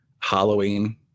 Halloween